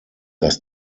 dass